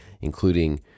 including